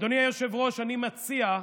אדוני היושב-ראש, אני מציע,